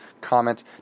comment